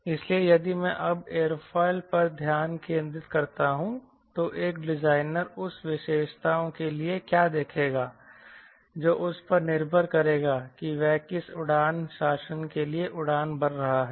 इसलिए यदि मैं अब एयरोफॉयल पर ध्यान केंद्रित करता हूं तो एक डिजाइनर उस विशेषताओं के लिए क्या देखेगा जो उस पर निर्भर करेगा कि वह किस उड़ान शासन के लिए उड़ान भर रहा है